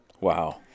Wow